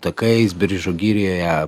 takais biržų girioje